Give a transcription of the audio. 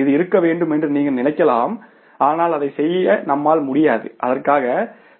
இது இருக்க வேண்டும் என்று நீங்கள் நினைக்கலாம் ஆனால் அதைச் செய்ய நம்மால் முடியாது அதற்காக